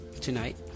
tonight